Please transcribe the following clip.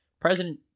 President